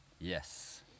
Yes